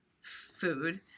food